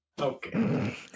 Okay